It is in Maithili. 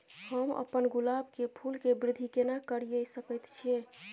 हम अपन गुलाब के फूल के वृद्धि केना करिये सकेत छी?